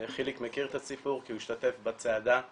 חיליק מכיר את הסיפור כי הוא השתתף בצעדה שעשינו.